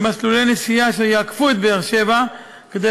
במסלולי נסיעה אשר יעקפו את באר-שבע כדי